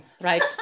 right